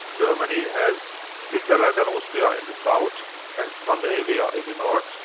germany has switzerland and austria in the south and scandinavia in the north.